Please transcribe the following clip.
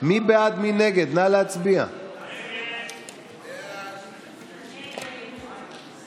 אני כן רוצה שתבואו לסכם את הדיון.